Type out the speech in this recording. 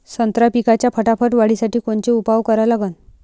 संत्रा पिकाच्या फटाफट वाढीसाठी कोनचे उपाव करा लागन?